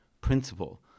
principle